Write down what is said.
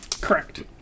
Correct